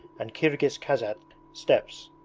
and kirghiz-kaisatsk steppes.